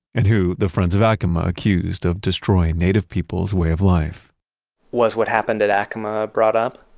and who the friends of ah acoma accused of destroying native peoples' way of life was what happened at acoma brought up?